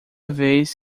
vez